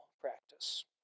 practice